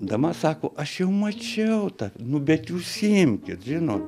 dama sako aš jau mačiau tą nu bet jūs imkit žinot